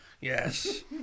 Yes